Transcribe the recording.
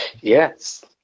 Yes